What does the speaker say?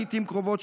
לעיתים קרובות,